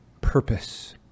purpose